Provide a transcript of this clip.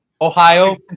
Ohio